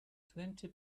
twenty